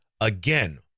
again